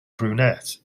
brunette